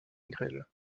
négrel